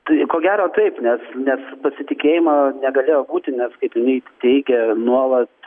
tai ko gero taip nes nes pasitikėjimo negalėjo būti nes kaip jinai teigė nuolat